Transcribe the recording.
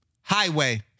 Highway